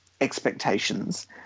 expectations